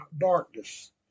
darkness